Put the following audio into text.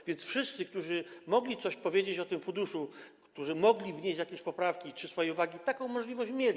A więc wszyscy, którzy mogli coś powiedzieć o tym funduszu, którzy mogli wnieść jakieś poprawki czy swoje uwagi, taką możliwość mieli.